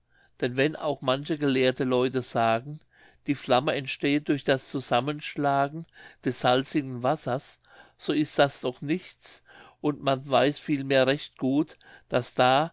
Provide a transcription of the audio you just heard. denn wenn auch manche gelehrte leute sagen die flamme entstehe durch das zusammenschlagen des salzigen wassers so ist das doch nichts und man weiß vielmehr recht gut daß da